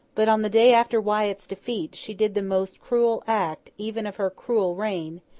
but on the day after wyat's defeat, she did the most cruel act, even of her cruel reign,